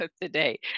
today